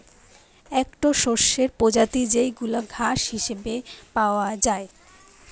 একটো শস্যের প্রজাতি যেইগুলা ঘাস হিসেবে পাওয়া যায়